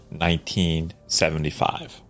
1975